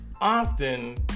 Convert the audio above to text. often